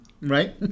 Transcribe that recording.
right